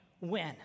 win